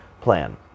plan